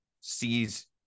sees